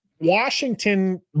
Washington